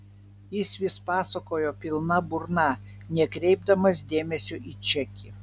jis vis pasakojo pilna burna nekreipdamas dėmesio į čekį